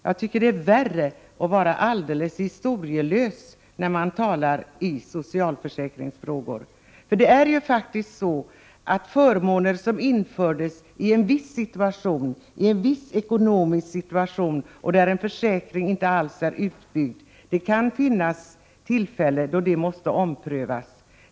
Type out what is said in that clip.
Jag tycker att det är värre att vara alldeles historielös när man talar i socialförsäkringsfrågor. Det kan finnas tillfällen då förmåner, som infördes i en viss ekonomisk situation när försäkringssystemet inte alls var utbyggt, måste omprövas.